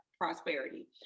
prosperity